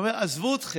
עזבו אתכם,